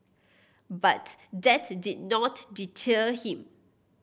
but that did not deter him